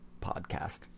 podcast